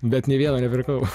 bet nei vieno nepirkau